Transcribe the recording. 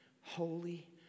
holy